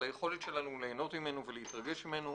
היכולת שלנו ליהנות ממנו ולהתרגש ממנו.